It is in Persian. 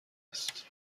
است